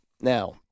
Now